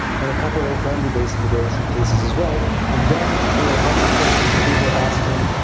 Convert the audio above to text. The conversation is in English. and a couple of family-based immigration cases as well. and then we had a bunch of questions from people asking,